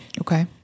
Okay